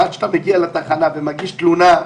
עד שאתה מגיע לתחנה ומגיש תלונה,